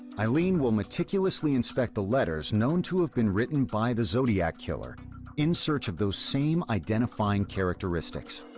eileen will meticulously inspect the letters known to have been written by the zodiac killer in search of those same identifying characteristics.